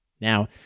Now